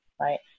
right